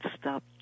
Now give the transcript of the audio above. stop